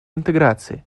интеграции